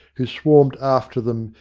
who swarmed after them,